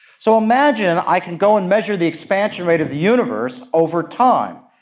so imagine i can go and measure the expansion rate of the universe over time.